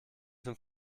zum